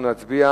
אנחנו נצביע